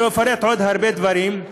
לא אפרט עוד הרבה דברים.